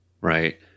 Right